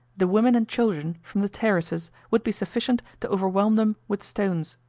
the women and children, from the terraces, would be sufficient to overwhelm them with stones.